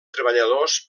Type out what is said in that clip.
treballadors